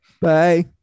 bye